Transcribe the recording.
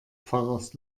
pfarrers